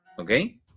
okay